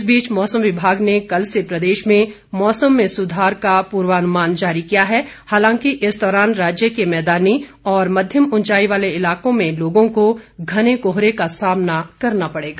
इस बीच मौसम विभाग ने कल से प्रदेश में मौसम में सुधार का पुर्वानुमान जारी किया है हालांकि इस दौरान राज्य के मैदानी और मध्यम उंचाई वाले इलाकों में लोगों को घने कोहरे का सामना करना पड़ेगा